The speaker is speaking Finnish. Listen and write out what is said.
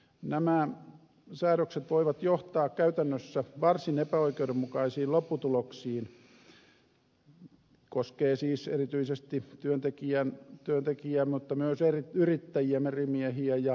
nämä säädökset voivat johtaa käytännössä varsin epäoikeudenmukaisiin lopputuloksiin koskee siis erityisesti työntekijää mutta myös yrittäjiä merimiehiä ja maatalousyrittäjiä